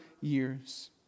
years